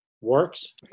works